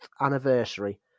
anniversary